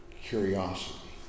curiosity